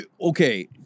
Okay